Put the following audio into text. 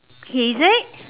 is it